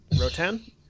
Rotan